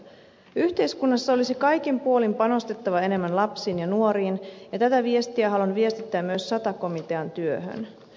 yhteiskunnassa olisi kaikin puolin panostettava enemmän lapsiin ja nuoriin ja tätä viestiä haluan viestittää myös sata komitean työhön